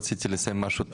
רציתי לסיים עם משהו טוב,